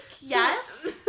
Yes